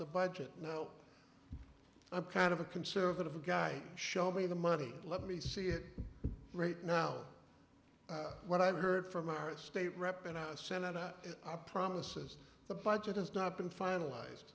the budget now i'm kind of a conservative guy show me the money let me see it right now what i've heard from our state rep in a senate that promises the budget has not been finalized